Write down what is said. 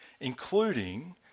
including